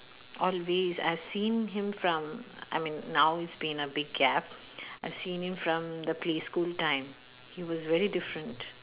always I've seen him from I mean now is been a big gap I seen him from the preschool time he was very different